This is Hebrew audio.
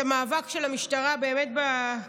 דמי שמירה בלי